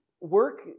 Work